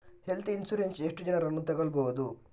Health insurance ಎಷ್ಟು ಜನರನ್ನು ತಗೊಳ್ಬಹುದು?